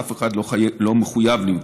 אף אחד לא מחויב למכור.